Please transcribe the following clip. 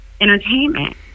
entertainment